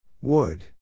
Wood